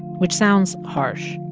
which sounds harsh,